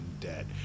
debt